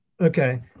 okay